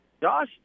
Josh